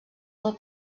del